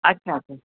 अच्छा ओके